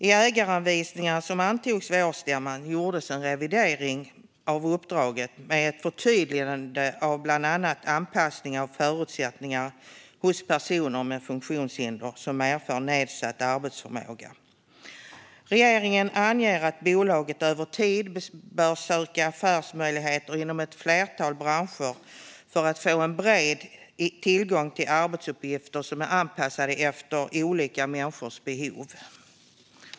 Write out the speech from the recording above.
I ägaranvisningen som antogs vid årsstämman gjordes en revidering av uppdraget med ett förtydligande av bland annat anpassning av förutsättningar hos personer med funktionshinder som medför nedsatt arbetsförmåga. Regeringen anger att bolaget över tid bör söka affärsmöjligheter inom ett flertal branscher för att få en bred tillgång till arbetsuppgifter som är anpassade efter olika människors behov.